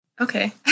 Okay